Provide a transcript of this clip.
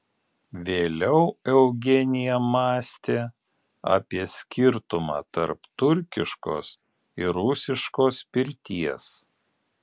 vėliau eugenija mąstė apie skirtumą tarp turkiškos ir rusiškos pirties